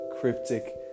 cryptic